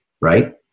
right